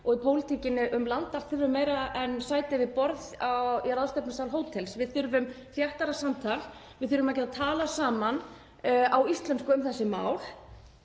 og í pólitíkinni um land allt þurfum meira en sæti við borð í ráðstefnusal hótels. Við þurfum þéttara samtal. Við þurfum að geta talað saman á íslensku um þessi mál,